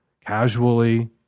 casually